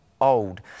old